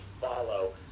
follow